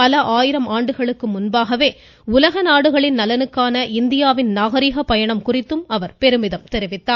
பல ஆயிரம் ஆண்டுகளுக்கு முன்பாகவே உலக நாடுகளின் நலனுக்கான இந்தியாவின் நாகரீக பயணம் குறித்து பெருமிதம் தெரிவித்தார்